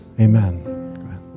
Amen